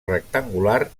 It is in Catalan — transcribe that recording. rectangular